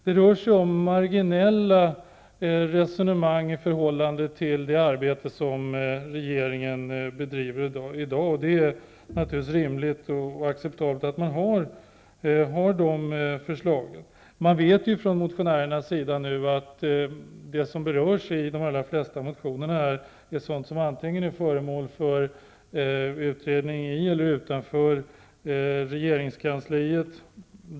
Det rör sig om marginella förändringar i förhållande till det arbete som regeringen bedriver i dag. Det är naturligtvis rimligt och acceptabelt att man framför förslagen. Motionärerna vet ju nu att det som berörs i de allra flesta motionerna är sådant som antingen är föremål för utredning i eller utanför regeringskansliet.